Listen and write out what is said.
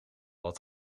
wat